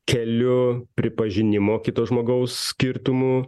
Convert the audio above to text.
keliu pripažinimo kito žmogaus skirtumų